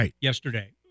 yesterday